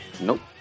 Nope